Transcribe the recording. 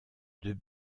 deux